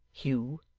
hugh,